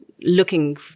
looking